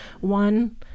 one